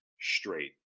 straight